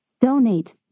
Donate